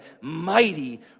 mighty